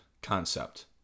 Concept